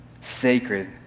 sacred